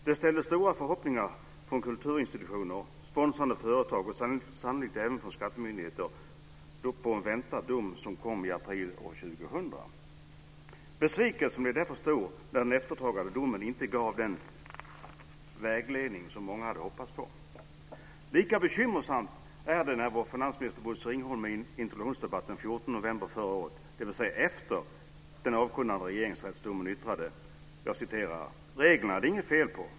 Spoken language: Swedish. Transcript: Det ställdes stora förhoppningar från kulturinstitutioner, sponsrande företag och sannolikt även från skattemyndigheter på en dom som kom i april i år Besvikelsen blev därför stor när den efterfrågade domen inte gav den vägledning som många hade hoppats på. Lika bekymmersamt är det att vår finansminister november förra året, dvs. efter den avkunnade Regeringsrättsdomen, yttrade: Reglerna är det inget fel på.